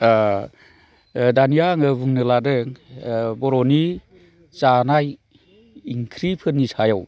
दानिया आङो बुंनो लादों बर'नि जानाय ओंख्रिफोरनि सायाव